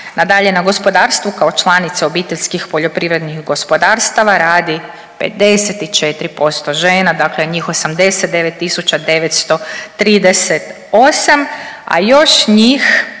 Nadalje, na gospodarstvu kao članice obiteljskih poljoprivrednih gospodarstava radi 54% žena, dakle njih 89.938, a još njih